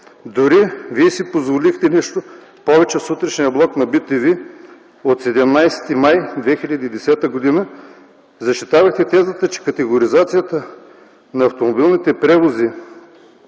дори Вие си позволихте нещо повече в сутрешния блок на bTV от 17 май 2010 г., защитавайки тезата, че категоризацията на автомобилните превози